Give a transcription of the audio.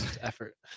effort